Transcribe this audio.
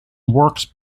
works